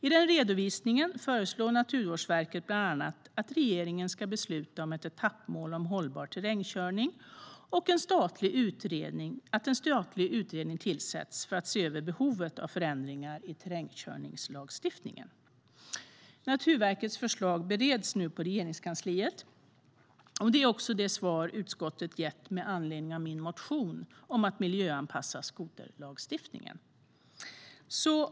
I den redovisningen föreslår Naturvårdsverket bland annat att regeringen ska besluta om ett etappmål om hållbar terrängkörning och att en statlig utredning tillsätts för att se över behovet av förändringar i terrängkörningslagstiftningen. Naturvårdsverkets förslag bereds nu på Regeringskansliet. Det är också det svar utskottet har gett med anledning av min motion om att miljöanpassa skoterlagstiftningen.